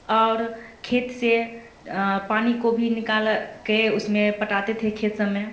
और खेत से पानी को भी निकाल के उसमें पटाते थे खेत सब में